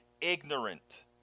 ignorant